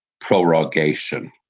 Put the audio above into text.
prorogation